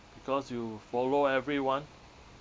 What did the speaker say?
because you follow everyone